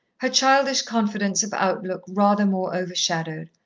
her childish confidence of outlook rather more overshadowed,